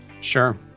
Sure